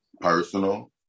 personal